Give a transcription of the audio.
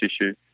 issue